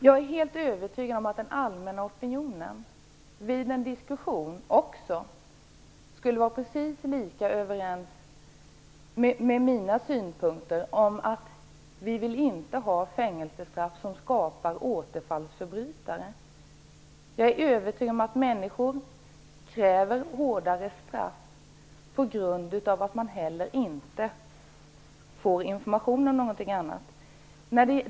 Vid en diskussion skulle företrädare för den allmänna opinionen säkert instämma lika mycket i mina synpunkter att vi inte skall ha fängelsestraff som skapar återfallsförbrytare. Jag är övertygad om att människor kräver hårdare straff på grund av att de inte fått tillräckligt mycket information.